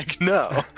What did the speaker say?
no